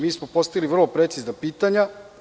Mi smo postavili vrlo precizna pitanja.